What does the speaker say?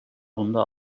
bunda